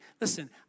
Listen